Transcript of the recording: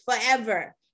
forever